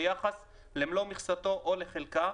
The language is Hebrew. ביחס למלוא מכסתו או לחלקה,